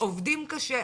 עובדים קשה.